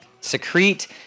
secrete